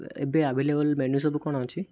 ଏବେ available menu ସବୁ କ'ଣ ଅଛି